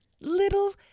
little